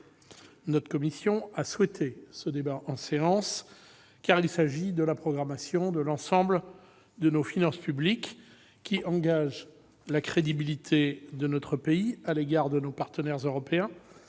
Notre commission a souhaité ce débat en séance car il s'agit de la programmation de l'ensemble de nos finances publiques, qui engage la crédibilité de notre pays à l'égard de nos partenaires européens,